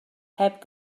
heb